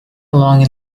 along